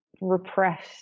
repressed